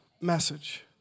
message